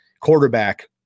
quarterback